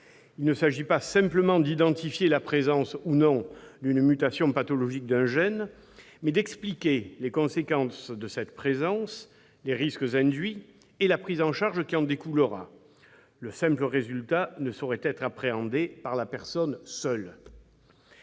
Il s'agit non pas simplement d'identifier la présence ou non d'une mutation pathologique d'un gène, mais d'expliquer les conséquences de cette présence, les risques induits et la prise en charge qui en découlera. Le simple résultat ne saurait être appréhendé par la personne seule.